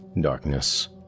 Darkness